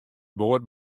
boat